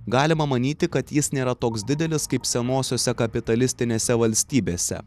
galima manyti kad jis nėra toks didelis kaip senosiose kapitalistinėse valstybėse